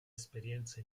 esperienza